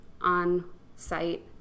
on-site